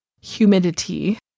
Humidity